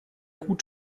gut